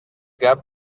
gap